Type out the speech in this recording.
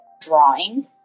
drawing